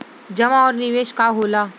जमा और निवेश का होला?